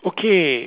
okay